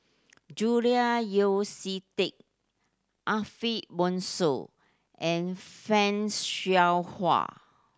Julian Yeo See Teck Ariff Bongso and Fan Shao Hua